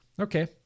Okay